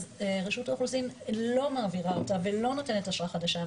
אז רשות האוכלוסין לא מעבירה אותה ולא נותנת אשרה חדשה.